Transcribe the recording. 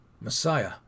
Messiah